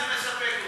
זה מספק אותי.